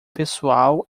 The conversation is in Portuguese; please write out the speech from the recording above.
pessoal